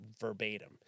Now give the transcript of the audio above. verbatim